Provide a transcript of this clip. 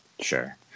Sure